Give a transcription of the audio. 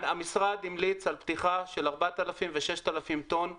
המשרד המליץ על פתיחה של 4,000 ו-6,000 טון חמאה,